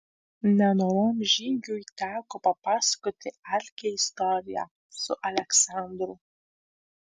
nenorom žygiui teko papasakoti algei istoriją su aleksandru